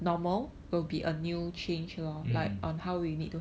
mm